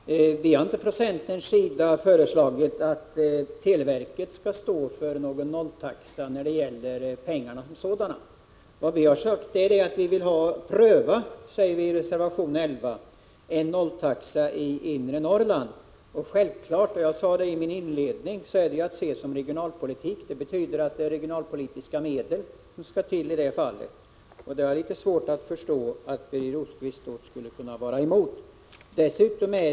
Herr talman! Vi har inte från centerns sida föreslagit att televerket skall stå för kostnaderna för en nolltaxa. Vi föreslår i reservation 11 att en nolltaxa bör prövas i inre Norrland. Självfallet är detta ett led i regionalpolitiken, och därför skall regionalpolitiska medel användas. Det är litet svårt att förstå att Birger Rosqvist är emot detta.